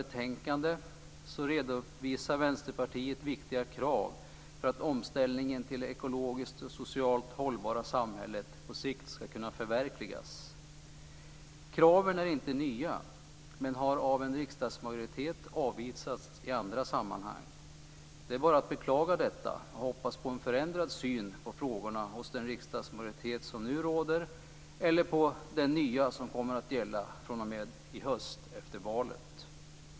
Vänsterpartiet viktiga krav för att omställningen till det ekologiskt och socialt hållbara samhället på sikt skall kunna förverkligas. Kraven är inte nya, men har av en riksdagsmajoritet avvisats i andra sammanhang. Det är bara att beklaga detta och hoppas på en förändrad syn på frågorna hos den riksdagsmajoritet som nu råder eller hos den nya som kommer att gälla i höst efter valet.